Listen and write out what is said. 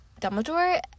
Dumbledore